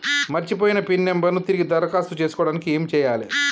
మర్చిపోయిన pin number ను తిరిగి దరఖాస్తు చేసుకోవడానికి ఏమి చేయాలే?